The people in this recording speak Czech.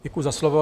Děkuji za slovo.